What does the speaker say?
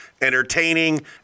entertaining